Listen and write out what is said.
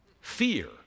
Fear